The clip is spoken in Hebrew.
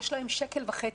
יש להם שקל וחצי,